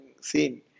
scene